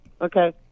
okay